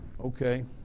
okay